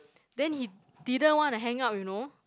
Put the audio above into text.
then he didn't want to hang out you know